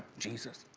jesus.